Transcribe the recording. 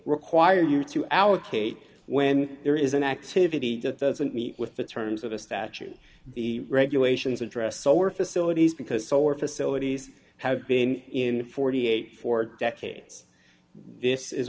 require you to allocate when there is an activity that doesn't meet with the terms of a statute the regulations addressed solar facilities because solar facilities have been in forty eight for decades this is